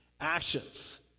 actions